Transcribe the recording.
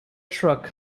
truck